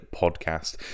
podcast